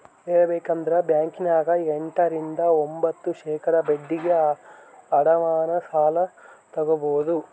ಹೇಳಬೇಕಂದ್ರ ಬ್ಯಾಂಕಿನ್ಯಗ ಎಂಟ ರಿಂದ ಒಂಭತ್ತು ಶೇಖಡಾ ಬಡ್ಡಿಗೆ ಅಡಮಾನ ಸಾಲ ತಗಬೊದು